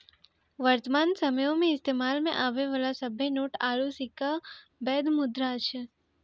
वर्तमान समयो मे इस्तेमालो मे आबै बाला सभ्भे नोट आरू सिक्का बैध मुद्रा छै